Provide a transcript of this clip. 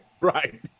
Right